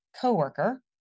coworker